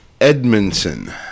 Edmondson